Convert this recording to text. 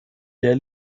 der